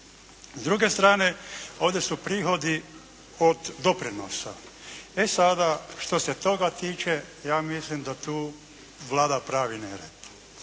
S druge strane ovdje su prihodi od doprinosa. E sada što se toga tiče ja mislim da tu vlada pravi nered.